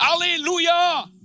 Hallelujah